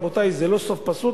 זה לא סוף פסוק,